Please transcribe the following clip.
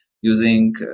using